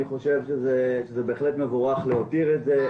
אני חושב שזה בהחלט מבורך להותיר את זה.